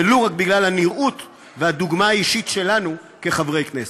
ולו רק בגלל הנראות והדוגמה האישית שלנו כחברי כנסת.